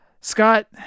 Scott